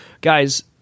Guys